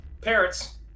Parrots